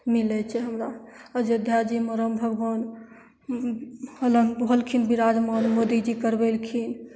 मिलय छै हमरा अयोध्या जीमे राम भगवान होलन होलखिन बिराजमान मोदीजी करबेलखिन